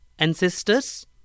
Ancestors